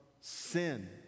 sin